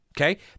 okay